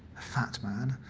fat man.